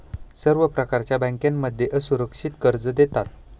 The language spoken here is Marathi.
सर्व प्रकारच्या बँकांमध्ये असुरक्षित कर्ज देतात